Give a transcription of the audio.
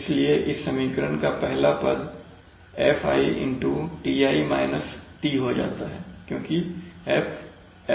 इसलिए इस समीकरण का पहला पद Fi Ti - T हो जाता है क्योंकि Fi F है